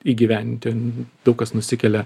įgyvendint daug kas nusikelia